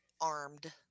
armed